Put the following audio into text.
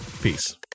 Peace